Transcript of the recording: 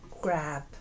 grab